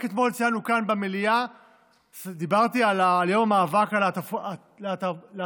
רק אתמול ציינו כאן במליאה את יום המאבק בלהט"בופוביה,